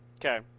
Okay